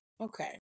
okay